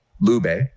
Lube